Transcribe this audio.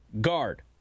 guard